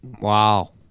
Wow